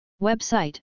Website